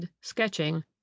sketching